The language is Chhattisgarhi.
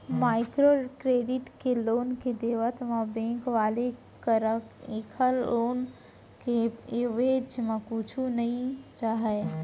माइक्रो क्रेडिट के लोन के देवत म बेंक वाले करा ऐखर लोन के एवेज म कुछु नइ रहय